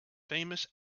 famous